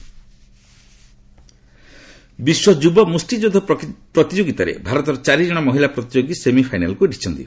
boxing ବିଶ୍ୱ ଯୁବ ମୁଷ୍ଠିଯୁଦ୍ଧ ପ୍ରତିଯୋଗିତାରେ ଭାରତର ଚାରିଜଣ ମହିଳା ପ୍ରତିଯୋଗୀ ସେମି ଫାଇନାଲ୍କୁ ଉଠିଛନ୍ତି